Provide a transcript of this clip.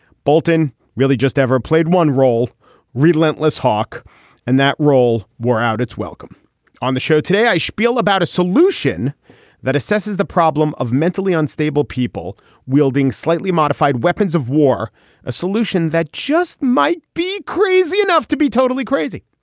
bolton really just ever played one role relentless hawk and that role wore out its welcome on the show today i spiel about a solution that assesses the problem of mentally unstable people wielding slightly modified weapons of war a solution that just might be crazy enough to be totally crazy.